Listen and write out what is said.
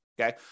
okay